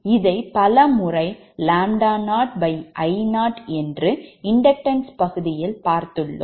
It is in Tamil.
இதை பலமுறை ʎ0I0 என்று இண்டக்டன்ஸ் பகுதியில் பார்த்துள்ளோம்